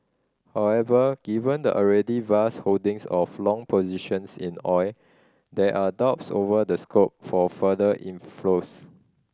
however given the already vast holdings of long positions in oil there are doubts over the scope for further inflows